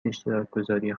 اشتراکگذاری